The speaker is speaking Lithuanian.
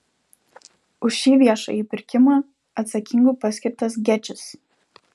už šį viešąjį pirkimą atsakingu paskirtas gečis